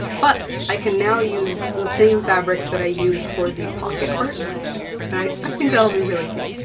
but i can now use the same fabric that i used for the pocket hearts, and i i think that will be really cute.